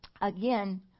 again